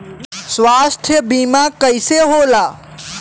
स्वास्थ्य बीमा कईसे होला?